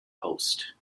host